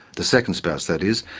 the second spouse that is,